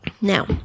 Now